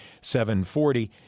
740